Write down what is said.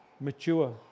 Mature